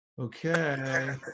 Okay